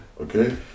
Okay